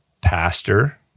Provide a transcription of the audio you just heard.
pastor